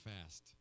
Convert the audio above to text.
fast